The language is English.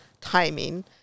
timing